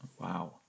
Wow